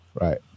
right